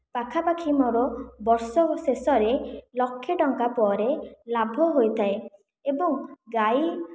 ପାଖାପାଖି ମୋର ବର୍ଷ ଶେଷରେ ଲକ୍ଷେ ଟଙ୍କା ପରେ ଲାଭ ହୋଇଥାଏ ଏବଂ ଗାଈ